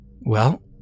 Well